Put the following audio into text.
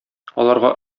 аларга